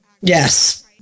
Yes